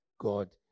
God